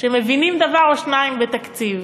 שמבינים דבר או שניים בתקציב.